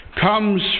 comes